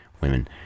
women